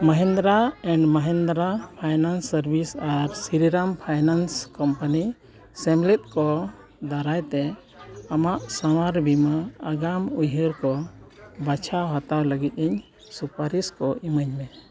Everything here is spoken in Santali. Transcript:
Mahindra and Mahindra finance services ᱟᱨ ᱥᱤᱨᱤᱨᱟᱢ ᱯᱷᱟᱭᱱᱟᱱᱥ ᱠᱳᱢᱯᱟᱱᱤ ᱥᱮᱢᱞᱮᱫ ᱠᱚ ᱫᱟᱨᱟᱭᱛᱮ ᱟᱢᱟᱜ ᱥᱟᱶᱟᱨ ᱵᱤᱢᱟ ᱟᱜᱟᱢ ᱩᱭᱦᱟᱹᱨ ᱠᱚ ᱵᱟᱪᱷᱟᱣ ᱦᱟᱛᱟᱣ ᱞᱟᱹᱜᱤᱫ ᱤᱧ ᱥᱩᱯᱟᱨᱤᱥ ᱠᱚ ᱮᱢᱟᱹᱧ ᱢᱮ